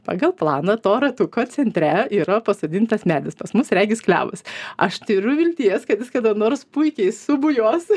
pagal planą to ratuko centre yra pasodintas medis pas mus regis klevas aš turiu vilties kad jis kada nors puikiai subujos